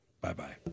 bye-bye